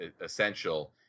essential